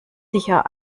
sicher